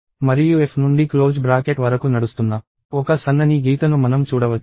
మరియు f నుండి close bracket వరకు నడుస్తున్న ఒక సన్నని గీతను మనం చూడవచ్చు